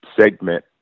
segment